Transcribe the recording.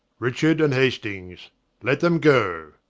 richard and hastings let them goe,